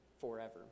forever